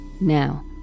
Now